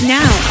now